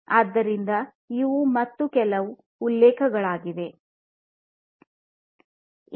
ಆದ್ದರಿಂದ ಇವು ಮತ್ತೆ ಕೆಲವು ಉಲ್ಲೇಖಗಳಿವೆ